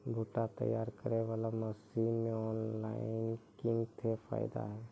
भुट्टा तैयारी करें बाला मसीन मे ऑनलाइन किंग थे फायदा हे?